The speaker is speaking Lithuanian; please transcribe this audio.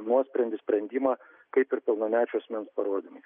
nuosprendį sprendimą kaip ir pilnamečio asmens parodymais